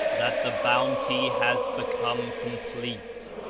that the bounty has become complete,